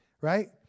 Right